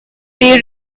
they